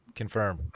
Confirm